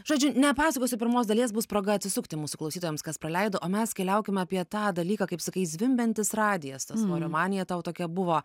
žodžiu nepasakosiu pirmos dalies bus proga atsisukti mūsų klausytojams kas praleido o mes keliaukime apie tą dalyką kaip sakai zvimbiantis radijas ta svorio manija tau tokia buvo